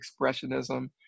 expressionism